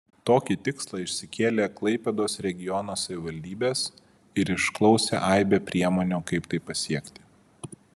tokį tikslą išsikėlė klaipėdos regiono savivaldybės ir išklausė aibę priemonių kaip tai pasiekti